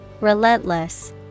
Relentless